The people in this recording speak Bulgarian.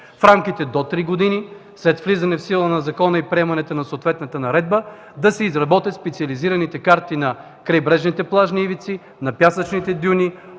в рамките до три години след влизане в сила на закона и приемането на съответната наредба, да се изработят специализираните карти на крайбрежните плажни ивици, на пясъчните дюни,